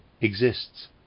exists